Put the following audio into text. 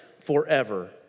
forever